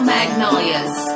Magnolias